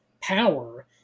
power